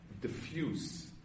diffuse